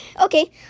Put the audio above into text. Okay